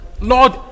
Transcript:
Lord